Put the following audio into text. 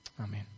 Amen